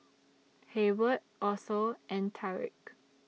Hayward Otho and Tarik